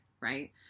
right